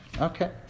Okay